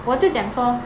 我就讲说